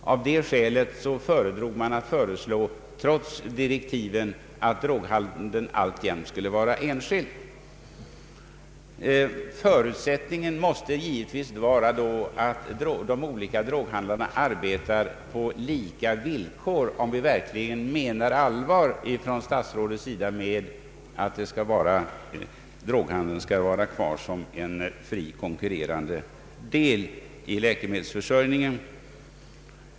Av det skälet föredrog man att trots direktiven föreslå att droghandeln alltjämt skulle vara enskild. Förutsättningen måste givetvis vara att de olika droghandlarna arbetar på lika villkor, om statsrådet verkligen menar allvar med att droghandeln skall finnas kvar som en fri, konkurrerande del i läkemedelsförsörjningen.